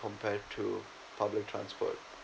compared to public transport